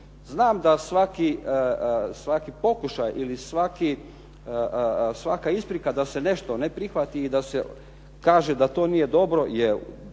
Znam da svaki pokušaj ili svaka isprika da se nešto ne prihvati i da se kaže da to nije dobro je dobra,